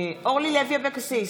אורלי לוי אבקסיס,